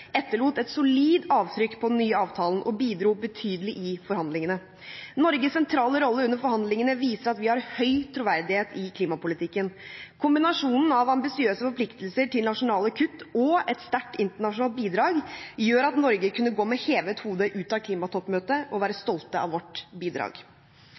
etterlot et solid avtrykk på den nye avtalen og bidro betydelig i forhandlingene. Norges sentrale rolle under forhandlingene viser at vi har høy troverdighet i klimapolitikken. Kombinasjonen av ambisiøse forpliktelser til nasjonale kutt og et sterkt internasjonalt bidrag gjør at Norge kunne gå med hevet hode ut av klimatoppmøtet og være stolte av vårt bidrag.